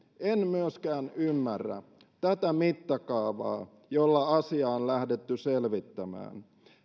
en myöskään ymmärrä tätä mittakaavaa jolla asiaa on on lähdetty selvittämään